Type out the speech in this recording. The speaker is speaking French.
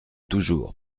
toujours